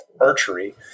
Archery